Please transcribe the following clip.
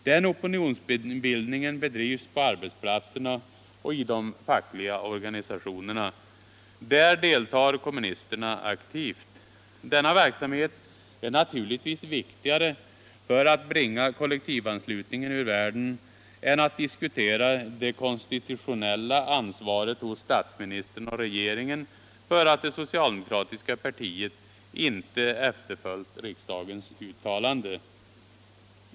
Den opinionsbildningen bedrivs på arbetsplatserna och i de fackliga organisationerna. Där deltar kommunisterna aktivt. Denna verksamhet är naturligtvis viktigare för att bringa kollektivanslutning ur världen än att diskutera det konstitutionella ansvaret hos statsministern och regeringen för att det socialdemokratiska partiet inte efterföljt riksdagens uttalande.